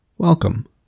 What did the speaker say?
Welcome